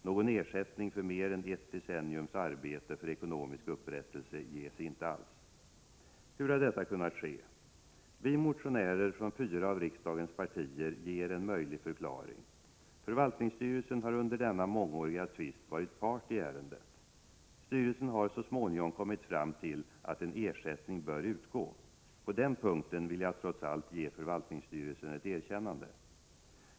Någon ersättning för mer än ett decenniums arbete för ekonomisk upprättelse ges inte alls. Hur har detta kunnat ske? Vi motionärer från fyra av riksdagens partier ger en möjlig förklaring. Förvaltningsstyrelsen har under denna mångåriga tvist varit part i ärendet. Styrelsen har så småningom kommit fram till att en ersättning bör utgå. På den punkten vill jag trots allt ge förvaltningsstyrelsen ett erkännande.